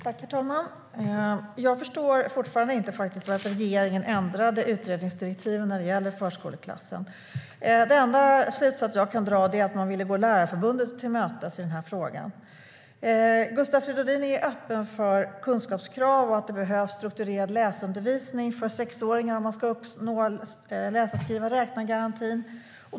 Herr talman! Jag förstår fortfarande inte varför regeringen ändrade utredningsdirektiven när det gäller förskoleklassen. Den enda slutsats jag kan dra är att man ville gå Lärarförbundet till mötes i frågan. Gustav Fridolin är öppen för kunskapskrav och att det behövs strukturerad läsundervisning för sexåringar om man ska uppnå läsa-skriva-räkna-garantin.